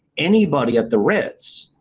anybody at the ritz,